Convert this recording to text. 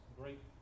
great